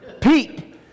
Pete